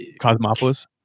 cosmopolis